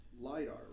LiDAR